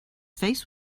face